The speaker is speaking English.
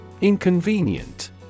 Inconvenient